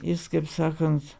jis kaip sakant